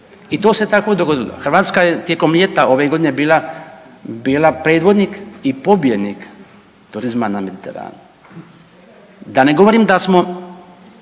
i to se tako dogodilo. Hrvatska je tijekom ljeta ove godine bila predvodnik i pobjednik turizma na Mediteranu, da ne govorim da smo